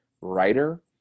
writer